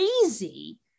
crazy